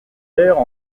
aires